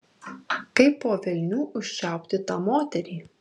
kaip po velnių užčiaupti tą moterį